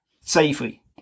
safely